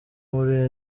muri